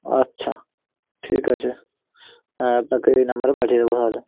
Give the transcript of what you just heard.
আচ্ছা ঠিক আছে হ্যাঁ আপনাকে এই নাম্বারে পাঠিয়ে দেব তাহলে